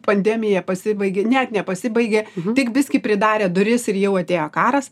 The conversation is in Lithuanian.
pandemija pasibaigė net nepasibaigė tik biskį pridarė duris ir jau atėjo karas